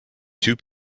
two